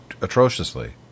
atrociously